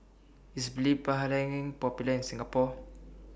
IS Popular in Singapore